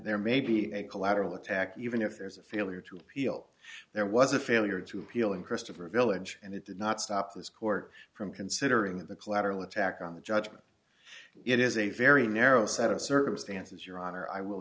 there may be a collateral attack even if there's a failure to appeal there was a failure to appeal in christopher a village and it did not stop this court from considering the collateral attack on the judgment it is a very narrow set of circumstances your honor i will